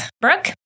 Brooke